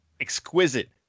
exquisite